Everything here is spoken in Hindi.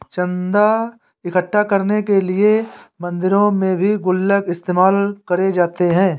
चन्दा इकट्ठा करने के लिए मंदिरों में भी गुल्लक इस्तेमाल करे जाते हैं